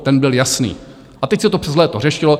Ten byl jasný, a teď se to přes léto řešilo.